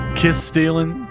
kiss-stealing